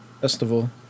Festival